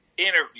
interview